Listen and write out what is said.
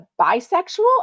bisexual